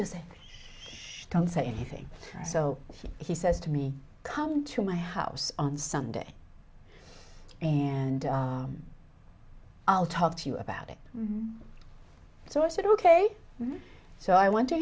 just don't say anything so he says to me come to my house on sunday and i'll talk to you about it so i said ok so i went to